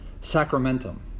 sacramentum